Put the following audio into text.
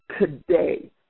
today